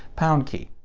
pound key.